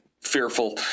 fearful